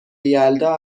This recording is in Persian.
یلدا